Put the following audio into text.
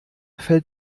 fällt